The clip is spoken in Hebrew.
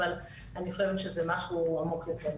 אבל אני חושבת שזה משהו עמוק יותר.